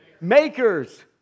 Makers